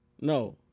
No